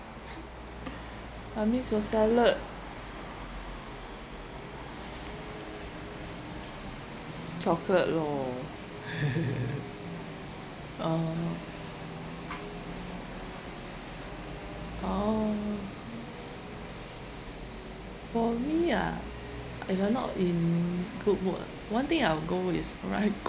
I miss your salad chocolate lor uh oh for me ah if I not in good mood ah one thing I will go is